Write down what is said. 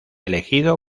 elegido